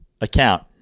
account